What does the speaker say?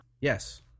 Yes